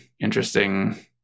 interesting